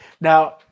Now